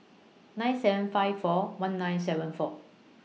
nine seven five four one nine seven four